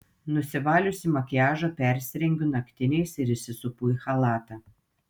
nusivaliusi makiažą persirengiu naktiniais ir įsisupu į chalatą